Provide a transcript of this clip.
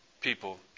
people